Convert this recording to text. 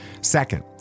Second